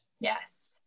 Yes